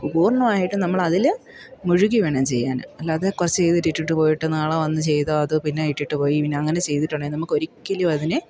പൂർണ്ണമായിട്ടും നമ്മൾ അതിൽ മുഴുകി വേണം ചെയ്യാൻ അല്ലാതെ കുറച്ച് ചെയ്തിട്ട് ഇട്ടിട്ട് പോയിട്ട് നാളെ വന്ന് ചെയ്ത് അത് പിന്നെ ഇട്ടിട്ട് പോയി പിന്നെ അങ്ങനെ ചെയ്തിട്ടുണ്ടെങ്കിൽ നമുക്കൊരിക്കലും അതിന്